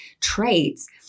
traits